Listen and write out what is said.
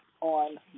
on